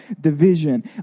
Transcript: division